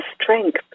strength